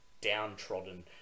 downtrodden